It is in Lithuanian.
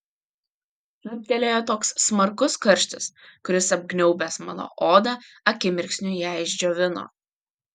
pliūptelėjo toks smarkus karštis kuris apgaubęs mano odą akimirksniu ją išdžiovino